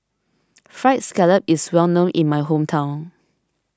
Fried Scallop is well known in my hometown